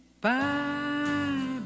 Bye